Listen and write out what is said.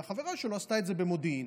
והחברה שלו עשתה את זה במודיעין.